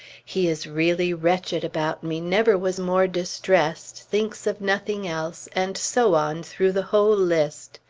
he is really wretched about me never was more distressed thinks of nothing else and so on through the whole list.